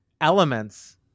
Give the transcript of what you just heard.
elements